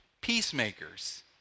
peacemakers